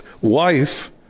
wife